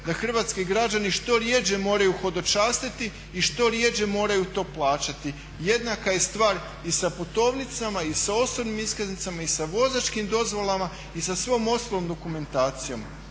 da hrvatski građani što rjeđe moraju hodočastiti i što rjeđe moraju to plaćati. Jednaka je stvar i sa putovnicama, i sa osobnim iskaznicama, i sa vozačkim dozvolama i sa svom ostalom dokumentacijom.